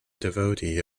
devotee